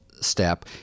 Step